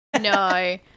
No